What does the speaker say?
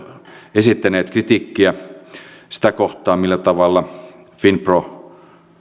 esittäneet kritiikkiä sitä kohtaan millä tavalla finpro